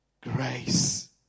Grace